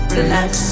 Relax